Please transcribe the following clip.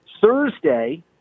Thursday